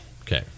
Okay